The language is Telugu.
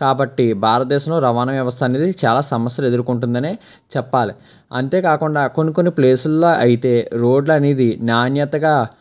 కాబట్టి భారతదేశంలో రవాణా వ్యవస్థ అనేది చాలా సమస్యలు ఎదుర్కొంటుందనే చెప్పాలి అంతేకాకుండా కొన్ని కొన్ని ప్లేసుల్లో అయితే రోడ్లనేది నాణ్యతగా